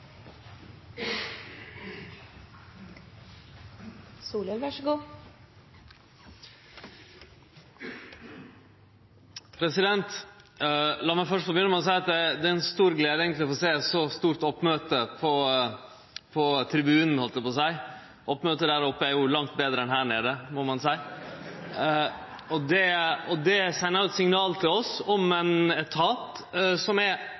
sjå eit så stort oppmøte på «tribunen» – heldt eg på å seie. Ein må seie at oppmøtet der oppe er langt betre enn her nede. Det sender eit signal til oss om ein etat som er